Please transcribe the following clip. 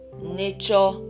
nature